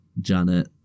Janet